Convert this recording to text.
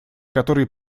которой